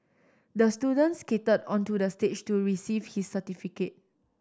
the student skated onto the stage to receive his certificate